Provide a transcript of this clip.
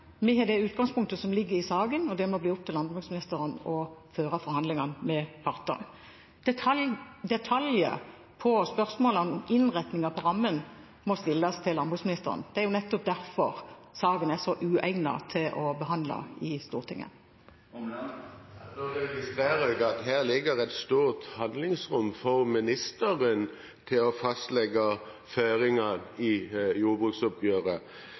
Vi har det utgangspunktet som ligger i saken, og det må bli opp til landbruksministeren å føre forhandlingene med partene. Detaljer på spørsmålene og innretning på rammen må stilles til landbruksministeren. Det er nettopp derfor saken er så uegnet til å bli behandlet i Stortinget. Da registrerer jeg at her ligger et stort handlingsrom for ministeren til å fastlegge føringer i jordbruksoppgjøret.